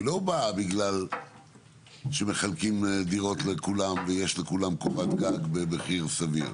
לא באה בגלל שמחלקים דירות לכולם ויש לכולם קורת גג במחיר סביר.